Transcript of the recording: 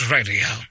Radio